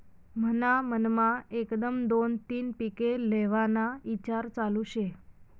मन्हा मनमा एकदम दोन तीन पिके लेव्हाना ईचार चालू शे